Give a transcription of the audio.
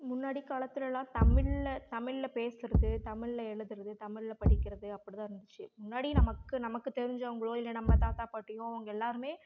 முன்னாடி காலத்திலலாம் தமிழில் தமிழில் பேசுறது தமிழில் எழதுறது தமிழில் படிக்கிறது அப்படி தான் இருந்துச்சு முன்னாடி நமக்கு நமக்கு தெரிஞ்சவங்களோ இல்லை நம்ப தாத்தா பாட்டியோ அவங்க எல்லாருமே